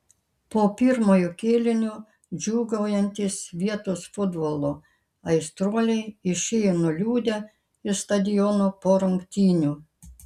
po pirmojo kėlinio džiūgaujantys vietos futbolo aistruoliai išėjo nuliūdę iš stadiono po rungtynių